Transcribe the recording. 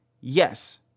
Yes